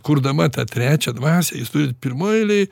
kurdama ta trečią dvasią jūs turit pirmoj eilėj